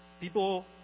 People